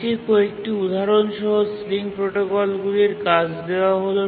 নীচে কয়েকটি উদাহরণ সহ সিলিং প্রোটোকলগুলির কাজ দেওয়া হল